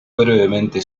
brevemente